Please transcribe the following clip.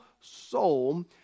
soul